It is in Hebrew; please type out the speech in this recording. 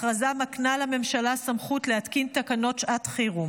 ההכרזה מקנה לממשלה סמכות להתקין תקנות שעת חירום